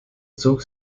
zog